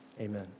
Amen